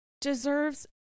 deserves